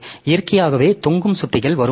எனவே இயற்கையாகவே தொங்கும் சுட்டிகள் வரும்